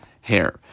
hair